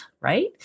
Right